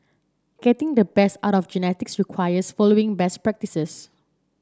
getting the best out of the genetics requires following best practises